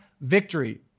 victory